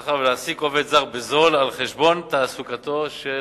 שכר ולהעסיק עובד זר בזול על-חשבון תעסוקתו של